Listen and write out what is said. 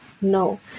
no